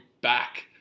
back